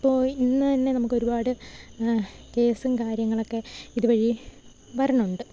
ഇപ്പോള് ഇന്നന്നെ നമുക്കൊരുപാട് കേസും കാര്യങ്ങളുമൊക്കെ ഇത് വഴി വരുന്നുണ്ട്